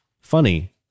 Funny